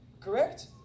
Correct